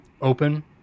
open